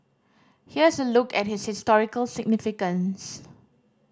here's a look at its historical significance